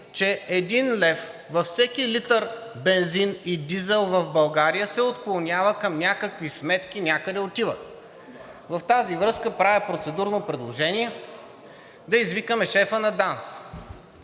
че един лев във всеки литър бензин и дизел в България се отклонява към някакви сметки, някъде отиват. В тази връзка правя процедурно предложение да извикаме шефа на ДАНС